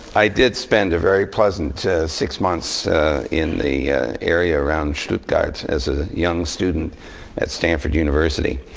i did spend a very pleasant six months in the area around stuttgart as a young student at stanford university.